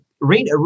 read